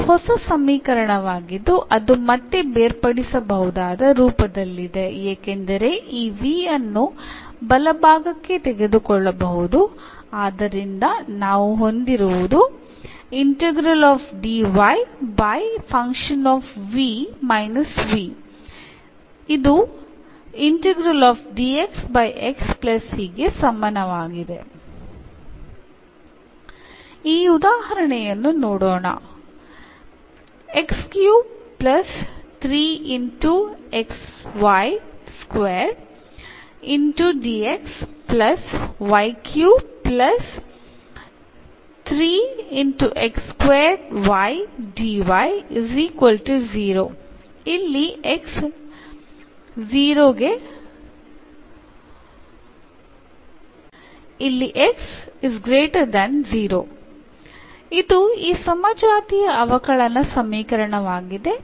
ಇದು ಹೊಸ ಸಮೀಕರಣವಾಗಿದ್ದು ಅದು ಮತ್ತೆ ಬೇರ್ಪಡಿಸಬಹುದಾದ ರೂಪದಲ್ಲಿದೆ ಏಕೆಂದರೆ ಈ v ಅನ್ನು ಬಲಭಾಗಕ್ಕೆ ತೆಗೆದುಕೊಳ್ಳಬಹುದು ಆದ್ದರಿಂದ ನಾವು ಹೊಂದಿರುವುದು ಈ ಉದಾಹರಣೆಯನ್ನು ನೋಡೋಣ ಇದು ಈ ಸಮಜಾತೀಯ ಅವಕಲನ ಸಮೀಕರಣವಾಗಿದೆ